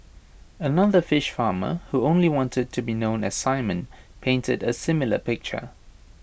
another fish farmer who only wanted to be known as simon painted A similar picture